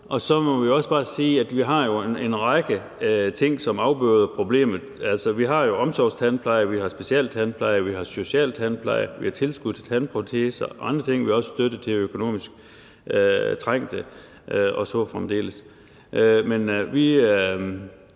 Og så må vi også bare sige, at vi har en række ting, som afbøder problemet. Vi har jo omsorgstandpleje, vi har specialtandpleje, vi har socialtandpleje, vi har tilskud til tandproteser og andre ting, også støtte til økonomisk trængte og så fremdeles. Men vi